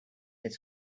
its